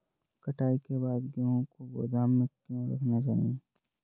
कटाई के बाद गेहूँ को गोदाम में क्यो रखना चाहिए?